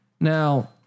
Now